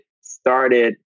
started